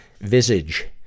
Visage